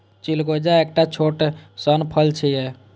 चिलगोजा एकटा छोट सन फल छियै